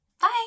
Bye